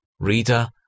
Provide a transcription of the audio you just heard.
Reader